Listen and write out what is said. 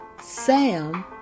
Sam